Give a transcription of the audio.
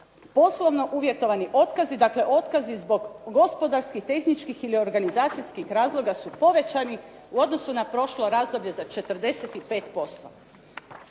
poslovno uvjetovani otkazi, dakle otkazi zbog gospodarskih, tehničkih ili organizacijskih razloga su povećani u odnosu na prošlo razdoblje za 45%.